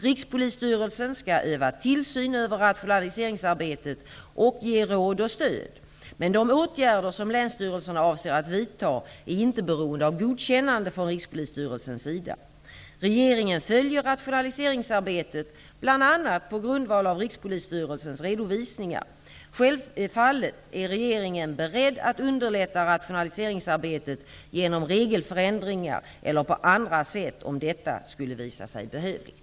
Rikspolisstyrelsen skall öva tillsyn över rationaliseringsarbetet och ge råd och stöd, men de åtgärder som länsstyrelserna avser att vidta är inte beroende av godkännande från Rikspolisstyrelsens sida. Regeringen följer rationaliseringsarbetet bl.a. på grundval av Rikspolisstyrelsens redovisningar. Självfallet är regeringen beredd att underlätta rationaliseringsarbetet genom regelförändringar eller på andra sätt om detta skulle visa sig behövligt.